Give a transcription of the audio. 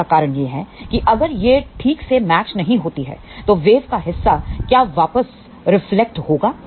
इसका कारण यह है कि अगर यह ठीक से मैच नहीं होती है तो वेव का हिस्सा क्या होगा वापस रिफ्लेक्ट होगा